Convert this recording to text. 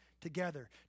together